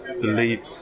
believe